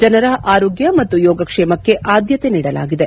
ಜನರ ಆರೋಗ್ಯ ಮತ್ತು ಯೋಗಕ್ಷೇಮಕ್ಕೆ ಆದ್ಯತೆ ನೀಡಲಾಗಿದೆ